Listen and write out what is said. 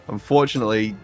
Unfortunately